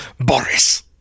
Boris